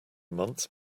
months